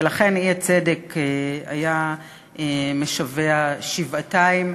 ולכן האי-צדק היה משווע שבעתיים.